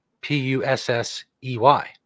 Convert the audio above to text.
P-U-S-S-E-Y